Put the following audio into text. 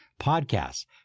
podcasts